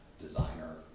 designer